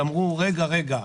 אמרו רגע רגע,